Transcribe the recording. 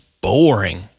boring